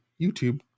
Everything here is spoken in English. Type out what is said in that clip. YouTube